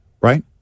right